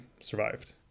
survived